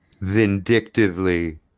vindictively